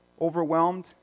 overwhelmed